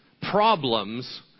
problems